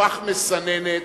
הפך מסננת,